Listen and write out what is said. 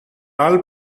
all